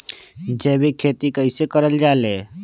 जैविक खेती कई से करल जाले?